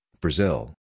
Brazil